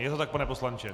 Je to tak, pane poslanče.